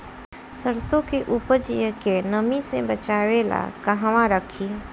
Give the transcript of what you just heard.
सरसों के उपज के नमी से बचावे ला कहवा रखी?